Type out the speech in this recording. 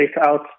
out